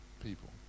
people